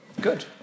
Good